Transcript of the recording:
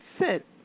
sit